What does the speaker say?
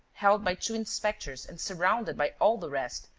held by two inspectors and surrounded by all the rest,